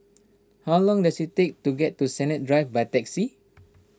how long does it take to get to Sennett Drive by taxi